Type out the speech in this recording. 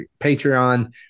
Patreon